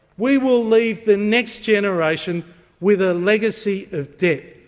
we will leave the next generation with a legacy of debt,